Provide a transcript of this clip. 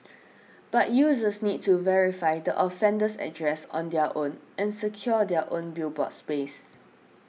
but users need to verify the offender's address on their own and secure their own billboard space